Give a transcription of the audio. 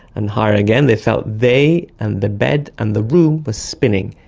and higher again they felt they and the bed and the room were spinning.